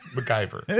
MacGyver